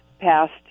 past